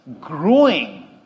growing